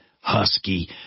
husky